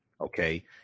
okay